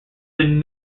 been